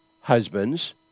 husbands